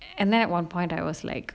and then at one point I was like